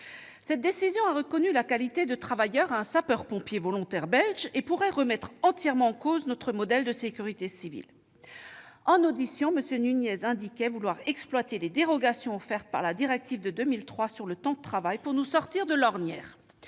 Cette décision a reconnu la qualité de travailleur à un sapeur-pompier volontaire belge et pourrait remettre entièrement en cause notre modèle de sécurité civile. Lors de son audition, Laurent Nunez a indiqué vouloir exploiter les dérogations offertes par la directive de 2003 sur le temps de travail pour nous sortir de l'ornière.